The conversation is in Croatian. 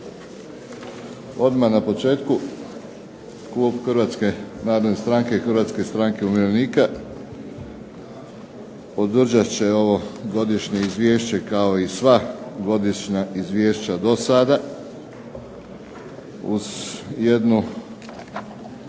Odmah na početku klub HNS-a i HSU-a podržat će ovo godišnje izvješće kao i sva godišnja izvješća do sada uz jednu